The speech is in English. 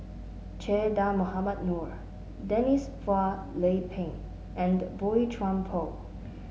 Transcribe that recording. Che Dah Mohamed Noor Denise Phua Lay Peng and Boey Chuan Poh